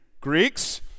Greeks